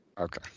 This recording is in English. Okay